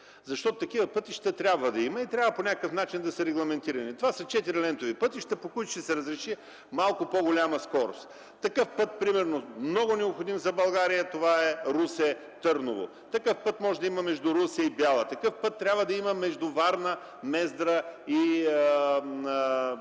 защото такива пътища трябва да има и трябва по някакъв начин да са регламентирани. Това са четирилентови пътища, по които ще се разреши малко по-голяма скорост. Такъв път примерно, много необходим за България, е Русе - Търново. Такъв път може да има между Русе и Бяла. Такъв път трябва да има между Варна, Мездра и